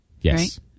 Yes